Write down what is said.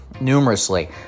numerously